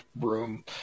room